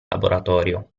laboratorio